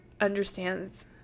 understands